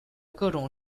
各种